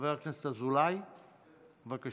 חבר הכנסת אזולאי, בבקשה.